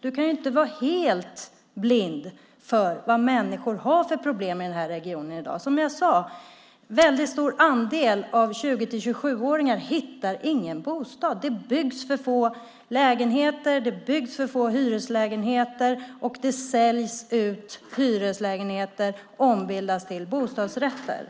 Du kan inte vara helt blind för vad människor har för problem i den här regionen i dag. Som jag sade hittar en väldigt stor andel av 20-27-åringarna ingen bostad. Det byggs för få lägenheter, det byggs för få hyreslägenheter, och hyreslägenheter säljs ut och ombildas till bostadsrätter.